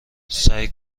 سعی